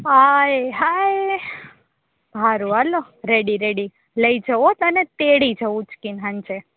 હાય હાય હારું હાલો રેડી રેડી લઈ જ્યુ હો તને તેડી જઉ ઉચકી ને હાન જે